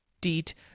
DEET